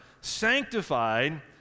sanctified